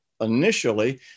initially